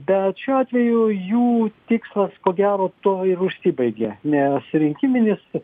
bet šiuo atveju jų tikslas ko gero tuo ir užsibaigė nes rinkiminis